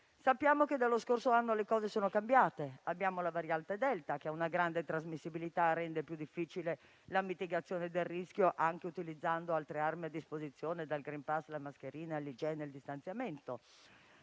Sappiamo che dallo scorso anno le cose sono cambiate, abbiamo la variante delta, che ha una grande trasmissibilità e rende più difficile la mitigazione del rischio anche utilizzando altre armi a disposizione, dal *green pass*, alla mascherina, all'igiene, al distanziamento